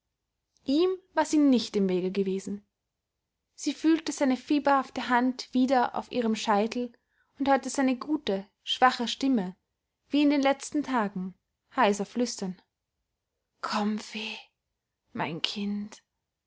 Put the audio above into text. ihm war sie nicht im wege gewesen sie fühlte seine fieberhafte hand wieder auf ihrem scheitel und hörte seine gute schwache stimme wie in den letzten tagen heiser flüstern komm fee mein kind